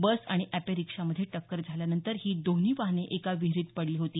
बस आणि अॅपे रिक्षामध्ये टक्कर झाल्यानंतर ही दोन्ही वाहने एका विहिरीत पडली होती